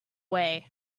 way